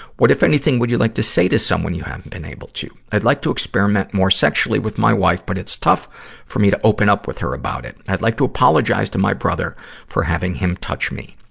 what, if anything, would you like to say to someone you haven't been able to? i'd like to experiment more sexually with my wife, but it's tough for me to open with her about it. i'd like to apologize to my brother for having him touch me.